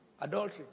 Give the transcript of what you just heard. adultery